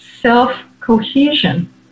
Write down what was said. self-cohesion